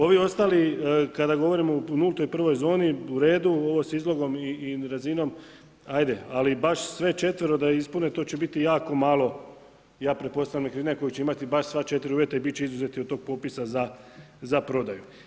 Ovi ostali kada govorimo o nultoj i prvoj zoni u redu, ovo s razinom, ajde, ali baš sve četvero da ispune, to će biti jako malo ja pretpostavljam nekretnine koje će imati baš sva 4 uvjeta i bit će izuzeti od tog popisa za prodaju.